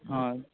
ହଁ